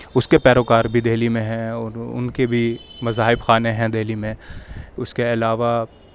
اس کے پیروکار بھی دہلی میں ہیں اور ان کے بھی مذاہب خانے ہیں دہلی میں اس کے علاوہ